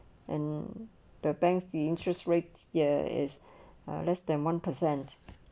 and the banks the interest rates here is less than one per cent